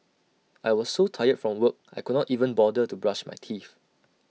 I was so tired from work I could not even bother to brush my teeth